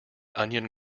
onion